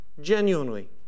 genuinely